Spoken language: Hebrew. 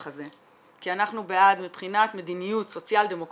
הזה כי אנחנו בעד מבחינת מדיניות סוציאל-דמוקרטית.